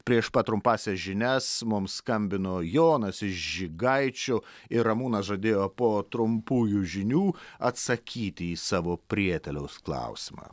prieš pat trumpąsias žinias mums skambino jonas iš žygaičių ir ramūnas žadėjo po trumpųjų žinių atsakyti į savo prieteliaus klausimą